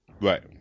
Right